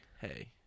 hey